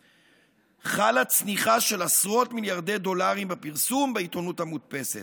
חלה צניחה של עשרות מיליארדי דולרים בפרסום בעיתונות המודפסת.